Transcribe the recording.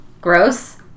Gross